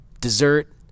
dessert